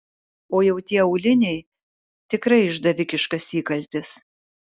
o jau tie auliniai tikrai išdavikiškas įkaltis